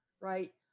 right